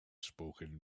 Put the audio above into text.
spoken